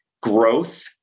growth